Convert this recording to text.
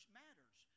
matters